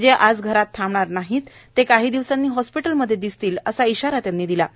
जे आज घरात थांबणार नाहीत ते काही दिवसांनी हॉस्पिटलमध्ये दिसतील असा इशारा त्यांनी दिला आहे